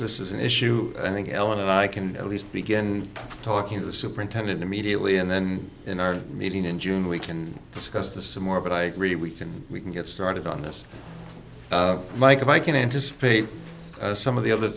this is an issue i think ellen and i can at least begin talking to the superintendent immediately and then in our meeting in june we can discuss this and more but i agree we can we can get started on this mike i can anticipate some of the other